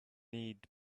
need